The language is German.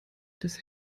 des